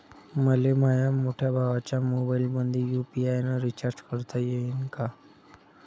मले माह्या मोठ्या भावाच्या मोबाईलमंदी यू.पी.आय न रिचार्ज करता येईन का?